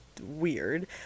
weird